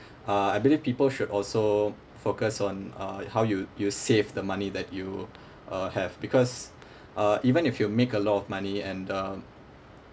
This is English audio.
uh I believe people should also focus on uh how you you save the money that you uh have because uh even if you make a lot of money and um